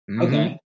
Okay